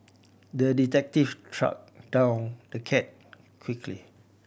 the detective track down the cat quickly